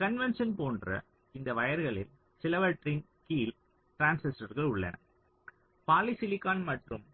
convention போன்ற இந்த வயர்களில் சிலவற்றின் கீழ் டிரான்சிஸ்டர்கள் உள்ளன பாலிசிலிகான் மற்றும்